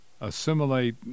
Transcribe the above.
assimilate